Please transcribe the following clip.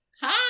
Hi